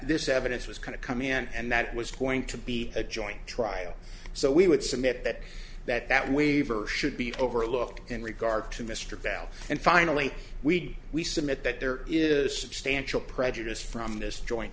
this evidence was kind of come in and that was going to be a joint trial so we would submit that that that waiver should be overlooked in regard to mr bell and finally we we submit that there is substantial prejudice from this joint